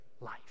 life